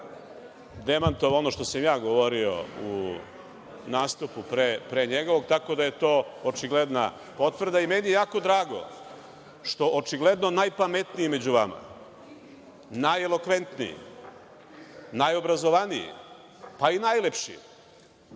demantovao ono što sam ja govorio u nastupu pre njegovog, tako da je to očigledna potvrda i meni je jako drago što očigledno najpametniji među vama, najelokventniji, najobrazovaniji, pa i najlepši,